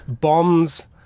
bombs